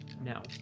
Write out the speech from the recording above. Now